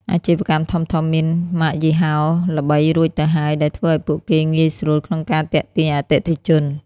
អាជីវកម្មធំៗមានម៉ាកយីហោល្បីរួចទៅហើយ ដែលធ្វើឱ្យពួកគេងាយស្រួលក្នុងការទាក់ទាញអតិថិជន។